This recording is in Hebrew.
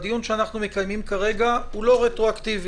הדיון שאנחנו מקיימים כרגע הוא לא רטרואקטיבי,